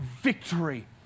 victory